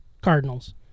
Cardinals